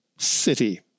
city